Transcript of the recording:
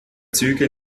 züge